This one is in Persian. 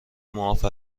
معاف